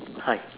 hi